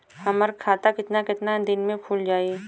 हमर खाता कितना केतना दिन में खुल जाई?